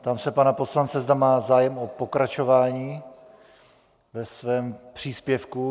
Ptám se pana poslance, zda má zájem o pokračování ve svém příspěvku.